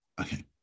okay